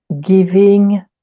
Giving